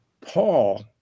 Paul